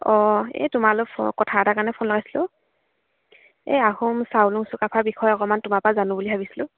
অঁ এই তোমালৈ কথা এটাৰ কাৰণে ফোন লগাইছিলোঁ এই আহোম চাওলুং চুকাফাৰ বিষয়ে অকণমান তোমাৰ পৰা জানো বুলি ভাবিছিলোঁ